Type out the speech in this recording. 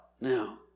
Now